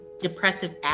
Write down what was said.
depressive